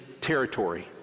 territory